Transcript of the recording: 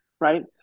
Right